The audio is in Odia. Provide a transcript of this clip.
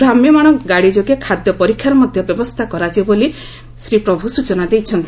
ଭ୍ରାମ୍ୟମାନ ଗାଡି ଯୋଗେ ଖାଦ୍ୟ ପରୀକ୍ଷାର ମଧ୍ୟ ବ୍ୟବସ୍ଥା କରାଯିବ ବୋଲି ମଧ୍ୟ ଶ୍ରୀ ପ୍ରଭୁ ସ୍ଟଚନା ଦେଇଛନ୍ତି